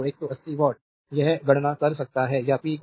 तो 180 वाट या पी आपका वी 2 जी वह आपका 30 वी 30 वोल्ट है